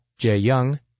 jyoung